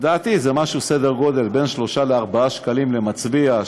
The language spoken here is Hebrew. לדעתי זה משהו בסדר גודל של בין שלושה לארבעה שקלים למצביע.